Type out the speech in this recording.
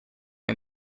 and